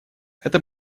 это